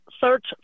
search